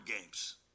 games